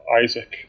Isaac